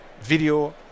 video